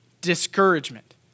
discouragement